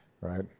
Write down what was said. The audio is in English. right